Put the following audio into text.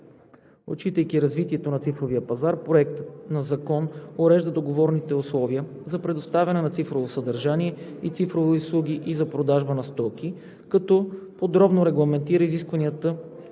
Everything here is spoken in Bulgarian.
Отчитайки развитието на цифровия пазар, Проектът на закон урежда договорните условия за предоставяне на цифрово съдържание и цифрови услуги и за продажба на стоки, като подробно регламентира изискванията